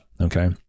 okay